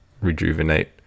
rejuvenate